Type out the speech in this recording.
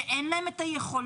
שאין להן יכולות.